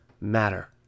matter